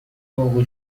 واقع